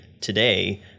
today